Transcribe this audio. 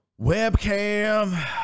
Webcam